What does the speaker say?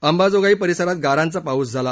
अंबाजोगाई परिसरात गारांचा पाऊस पडला